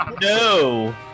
no